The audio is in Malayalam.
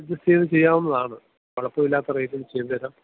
എഡിറ്റ് ചെയ്ത് ചെയ്യാവുന്നതാണ് കുഴപ്പമില്ലാത്ത റേയ്റ്റിൽ ചെയ്ത തരാം